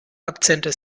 akzente